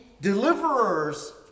deliverers